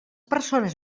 persones